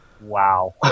Wow